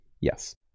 Yes